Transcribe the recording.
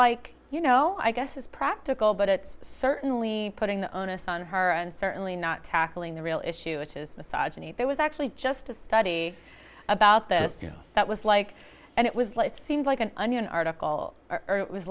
like you know i guess is practical but it's certainly putting the onus on her and certainly not tackling the real issue which is massage and there was actually just a study about that that was like and it was like seemed like an onion article or it was